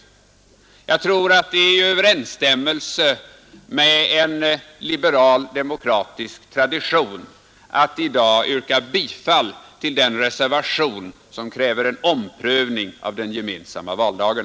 Jag tror att det är i överensstämmelse med en liberal demokratisk tradition att i dag yrka bifall till den reservation som kräver en omprövning av den gemensamma valdagen.